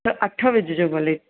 त अठ विझिजो भले